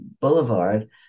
boulevard